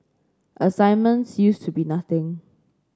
assignments used to be nothing